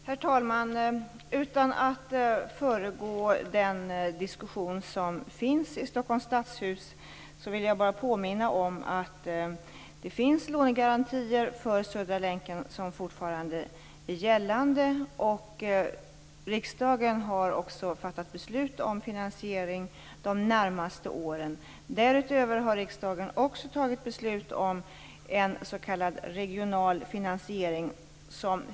Herr talman! Utan att föregå den diskussion som pågår i Stockholms stadshus vill jag bara påminna om att det finns lånegarantier för Södra länken som fortfarande är gällande. Riksdagen har också fattat beslut om finansiering de närmaste åren. Därutöver har riksdagen också fattat beslut om en s.k. regional finansiering.